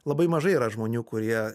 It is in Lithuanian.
labai mažai yra žmonių kurie